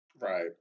Right